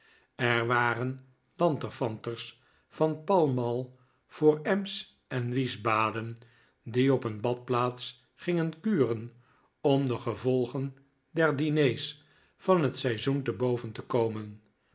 er waren lanterfanters van pall mall voor ems en wiesbaden die op een badplaats gingen kuren om de gevolgen der diners van het seizoen te boven te konien